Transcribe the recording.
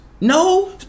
No